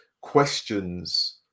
questions